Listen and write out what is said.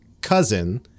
cousin